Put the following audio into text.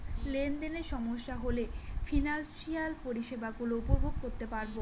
লেনদেনে সমস্যা হলে ফিনান্সিয়াল পরিষেবা গুলো উপভোগ করতে পারবো